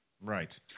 Right